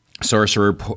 Sorcerer